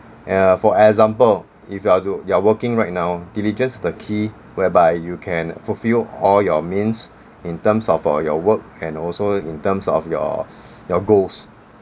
uh for example if you are to you are working right now diligence the key whereby you can fulfil all your means in terms of uh your work and also in terms of your your goals